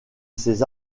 ces